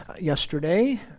Yesterday